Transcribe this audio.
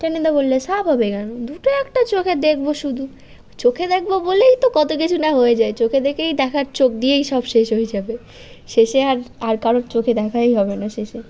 টেনিদা বললে সাফ হবে কেন দুটো একটা চোখে দেখব শুধু চোখে দেখব বলেই তো কত কিছু না হয়ে যায় চোখে দেখেই দেখার চোখ দিয়েই সব শেষ হয়ে যাবে শেষে আর আর কারোর চোখে দেখাই হবে না শেষে